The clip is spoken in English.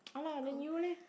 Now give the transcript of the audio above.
ah lah then you leh